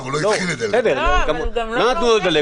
הוא לא גמר.